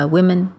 Women